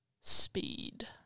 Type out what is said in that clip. speed